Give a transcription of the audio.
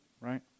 right